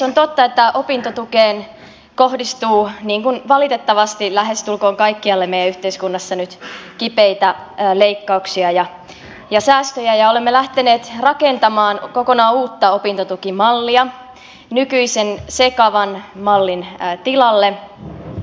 on totta että opintotukeen kohdistuu niin kuin valitettavasti lähestulkoon kaikkialle meidän yhteiskunnassa nyt kipeitä leikkauksia ja säästöjä ja olemme lähteneet rakentamaan kokonaan uutta opintotukimallia nykyisen sekavan mallin tilalle